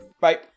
bye